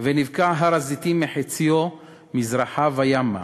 ונבקע הר-הזיתים מחציו מזרחה וימה,